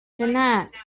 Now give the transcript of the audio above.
tonight